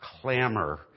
clamor